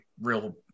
real